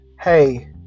hey